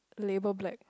label black